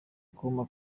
kuma